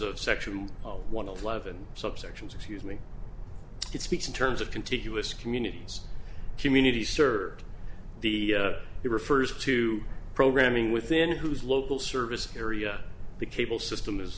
of sexual one eleven subsections excuse me it speaks in terms of continuous communities community service the it refers to programming within whose local service area the cable system is